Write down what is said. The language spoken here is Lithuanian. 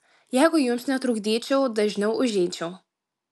jeigu jums netrukdyčiau dažniau užeičiau